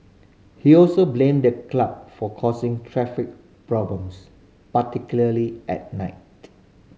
he also blamed the club for causing traffic problems particularly at night